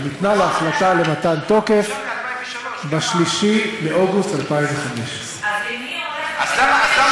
ניתנה החלטה למתן תוקף ב-3 באוגוסט 2015. אז למה,